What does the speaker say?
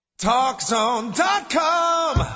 talkzone.com